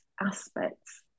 aspects